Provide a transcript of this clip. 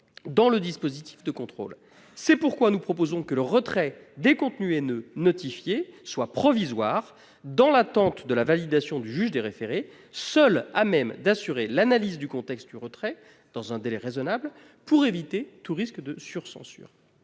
dans le dispositif de contrôle. C'est pourquoi nous proposons que le retrait des contenus haineux notifiés soit provisoire, dans l'attente d'une validation par le juge des référés, seul à même d'assurer l'analyse du contexte du retrait dans un délai raisonnable, pour éviter tout risque de sur-censure.